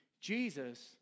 Jesus